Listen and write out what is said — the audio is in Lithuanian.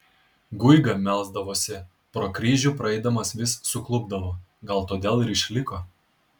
guiga melsdavosi pro kryžių praeidamas vis suklupdavo gal todėl ir išliko